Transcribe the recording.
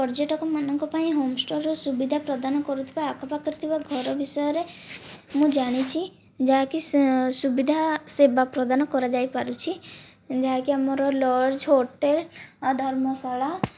ପର୍ଯ୍ୟଟକ ମାନଙ୍କ ପାଇଁ ହୋମ ଷ୍ଟୋରର ସୁବିଧା ପ୍ରଦାନ କରୁଥିବା ଆଖ ପାଖରେ ଥିବା ଘର ବିଷୟରେ ମୁଁ ଜାଣିଛି ଯାହା କି ସୁବିଧା ସେବା ପ୍ରଦାନ କରାଯାଇ ପାରୁଛି ଯାହାକି ଆମର ଲଜ୍ ହୋଟେଲ ଆଉ ଧର୍ମଶାଳା